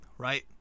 Right